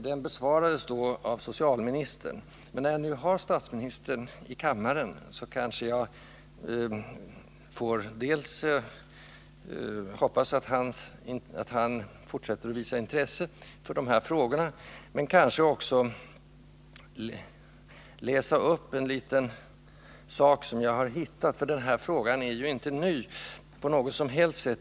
Den besvarades av socialministern, men när jag nu har statsministern i kammaren kanske jag får dels hoppas att han isa upp ett litet fortsätter att visa intresse för de här frågorna, dels också dokument som jag hittat — för den här frågan är ju inte på något som helst sätt ny.